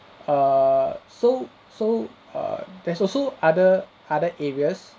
err so so err there's also other other areas